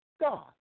God